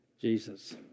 Jesus